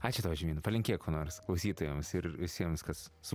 ačiū tau žemyna palinkėk ko nors klausytojams ir visiems kas su